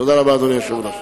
תודה רבה, אדוני היושב-ראש.